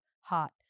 hot